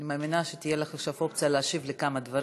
אני מאמינה שתהיה לך עכשיו אופציה להשיב על כמה דברים,